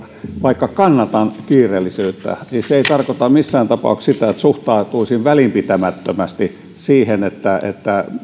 vaikka kannatan kiireellisyyttä se ei tarkoita missään tapauksessa sitä että suhtautuisin välinpitämättömästi siihen